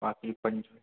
बाक़ी पंज